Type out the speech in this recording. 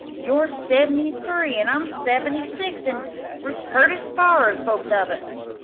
you're seventy-three an' i'm seventy-six, an' we're pert as sparrers, both of us.